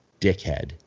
dickhead